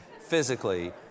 physically